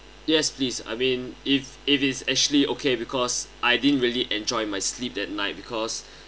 yes please I mean if if it's actually okay because I didn't really enjoy my sleep at night because